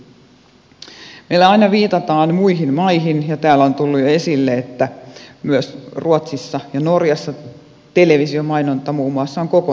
meillä aina viitataan muihin maihin ja täällä on jo tullut esille että myös ruotsissa ja norjassa muun muassa televisiomainonta on kokonaan kielletty